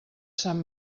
sant